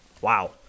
Wow